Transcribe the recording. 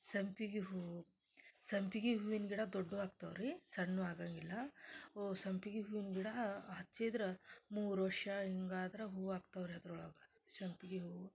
ಸಂಪಿಗೆ ಹೂವು ಸಂಪಿಗೆ ಹೂವಿನ ಗಿಡ ದೊಡ್ಡವು ಆಗ್ತಾವೆ ರೀ ಸಣ್ಣ ಹೂ ಆಗಂಗಿಲ್ಲ ಓ ಸಂಪ್ಗೆ ಹೂವಿನ ಗಿಡ ಹಚ್ಚಿದ್ರೆ ಮೂರು ವರ್ಷ ಹಿಂಗಾದ್ರೆ ಹೂ ಆಗ್ತಾವೆ ರೀ ಅದ್ರೊಳಗೆ ಸಂಪ್ಗೆ ಹೂ